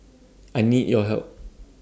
I need your help